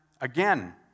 again